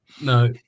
no